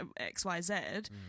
xyz